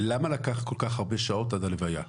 למה לקח כל כך הרבה שעות עד הלוויה?